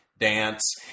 dance